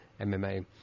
MMA